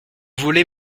voulez